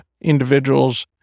individuals